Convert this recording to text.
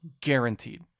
guaranteed